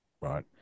Right